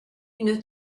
une